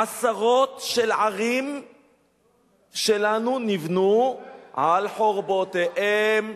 עשרות של ערים שלנו נבנו על חורבותיהם,